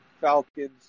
Falcons